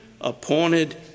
appointed